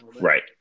right